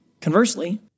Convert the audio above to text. Conversely